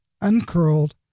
uncurled